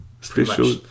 special